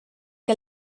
que